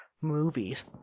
movies